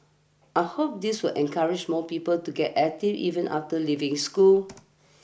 I hope this will encourage more people to get active even after leaving school